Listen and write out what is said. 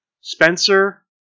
Spencer